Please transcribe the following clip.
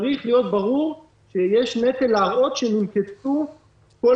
צריך להיות ברור שיש נטל להראות שננקטו כל